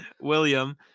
William